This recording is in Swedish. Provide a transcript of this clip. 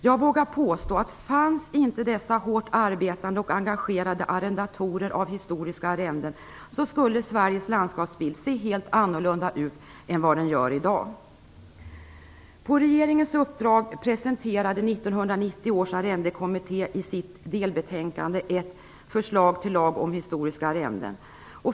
Jag vågar påstå att fanns inte de hårt arbetande och engagerade arrendatorerna av historiska arrenden skulle Sveriges landskapsbild se helt annorlunda ut än den gör i dag. På regeringens uppdrag presenterade 1990 års arrendekommitté i sitt delbetänkande ett förslag till lag om historiska arrenden.